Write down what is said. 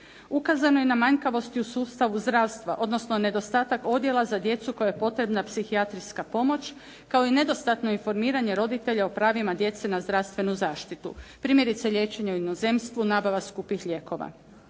Ukazano je manjkavosti u sustavu zdravstva, odnosno nedostatak odjela za djecu kojoj je potrebna psihijatrijska pomoć kao i nedostatno informiranje roditelja o pravima djece na zdravstvenu zaštitu. Primjerice, liječenje u inozemstvu, nabava skupih lijekova.